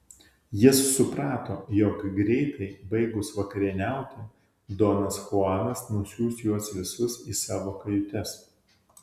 jis suprato jog greitai baigus vakarieniauti donas chuanas nusiųs juos visus į savo kajutes